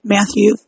Matthew